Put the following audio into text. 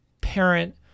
parent